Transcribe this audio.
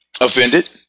offended